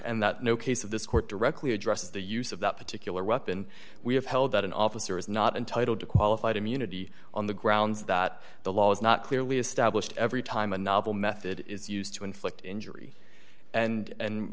and that no case of this court directly addresses the use of that particular weapon we have held that an officer is not entitled to qualified immunity on the grounds that the law is not clearly established every time a novel method is used to inflict injury and